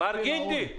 מר גינדי,